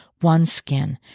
OneSkin